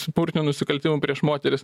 smurtinių nusikaltimų prieš moteris